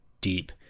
deep